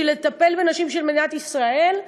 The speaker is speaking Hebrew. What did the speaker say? בשביל לטפל בנשים של מדינת ישראל.